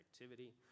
activity